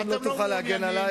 אם לא תוכל להגן עלי,